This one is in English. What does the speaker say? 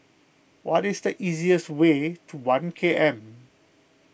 what is the easiest way to one K M